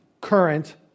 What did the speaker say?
current